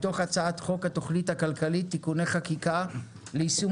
מתוך הצעת חוק התכנית הכלכלית (תיקוני חקיקה ליישום